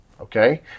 Okay